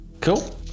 Cool